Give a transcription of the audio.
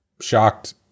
shocked